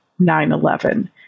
9-11